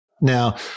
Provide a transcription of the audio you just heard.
Now